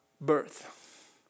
birth